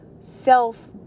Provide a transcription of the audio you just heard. self